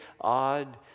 odd